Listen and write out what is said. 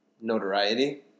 notoriety